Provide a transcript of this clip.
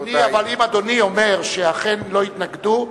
אם אדוני אומר שאכן לא התנגדו,